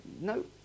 No